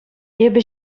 эпӗ